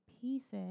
pieces